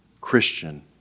Christian